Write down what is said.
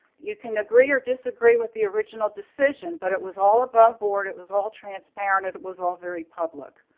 you can agree or disagree with the original decision, but it was all above board. it was all transparent. it was all very public